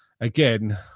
again